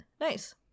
nice